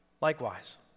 Likewise